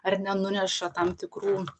ar nenuneša tam tikrų